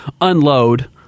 unload